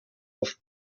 oft